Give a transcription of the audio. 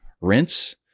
rinse